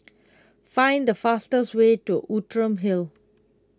find the fastest way to Outram Hill